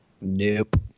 Nope